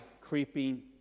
creeping